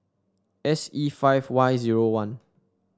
S E five Y zero one